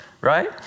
right